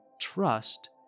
trust